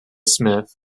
smith